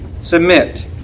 submit